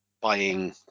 buying